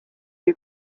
you